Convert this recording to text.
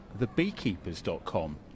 TheBeekeepers.com